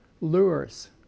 lures